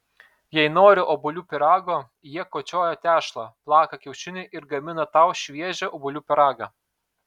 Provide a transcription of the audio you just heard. jei nori obuolių pyrago jie kočioja tešlą plaka kiaušinį ir gamina tau šviežią obuolių pyragą